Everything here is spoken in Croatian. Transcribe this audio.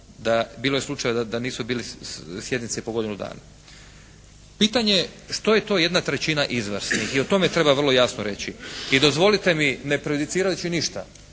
bilo je slučajeva da nisu bile sjednice po godinu dana. Pitanje što je to 1/3 izvora. I o tome treba vrlo jasno reći. I dozvolite mi, ne prejudicirajući ništa